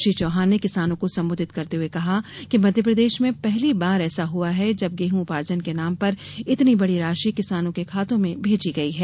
श्री चौहान ने किसानों को संबोधित करते हुए कहा कि मध्यप्रदेश में पहली बार ऐसा हुआ है जब गेहूं उपार्जन के नाम पर इतनी बडी राशि किसानों के खातों में भेजी गयी है